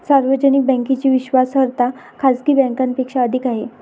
सार्वजनिक बँकेची विश्वासार्हता खाजगी बँकांपेक्षा अधिक आहे